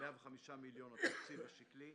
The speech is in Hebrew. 105 מיליון ש"ח התקציב השקלי,